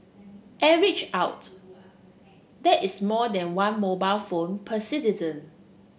average out that is more than one mobile phone per citizen